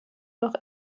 noch